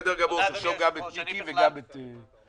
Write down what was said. בסדר גמור, תרשום גם את מיקי וגם את שחאדה.